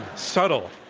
subtle.